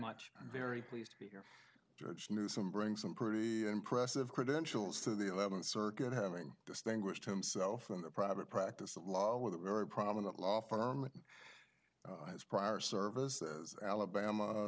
i'm very pleased to be here judge newsome brings some pretty impressive credentials to the eleventh circuit having distinguished himself in the private practice of law with a very prominent law firm and his prior service as alabama